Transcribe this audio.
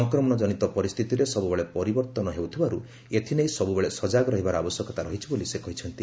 ସଂକ୍ରମଣ ଜନିତ ପରିସ୍ଥିତି ସବୁବେଳେ ପରିବର୍ଭନ ହେଉଥିବାରୁ ଏଥିନେଇ ସବୁବେଳେ ସଜାଗ ରହିବାର ଆବଶ୍ୟକତା ରହିଛି ବୋଲି ସେ କହିଛନ୍ତି